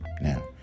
Now